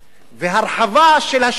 והרחבה של השירותים.